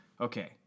okay